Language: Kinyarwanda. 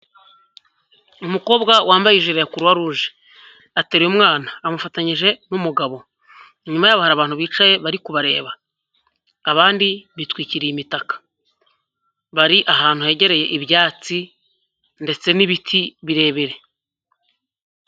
Umukobwa wambaye ijire ya Kuruwaruje ateruye umwana, amufatanyije n'umugabo, inyuma yabo hari abantu bicaye bari kubareba, abandi bitwikiriye imitaka bari ahantu hegereye ibyatsi ndetse n'ibiti birebire.